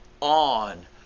on